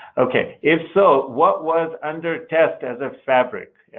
okay. if so, what was under test as a fabric?